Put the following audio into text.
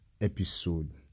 episode